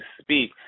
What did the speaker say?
speak